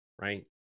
right